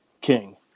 King